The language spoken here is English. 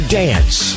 dance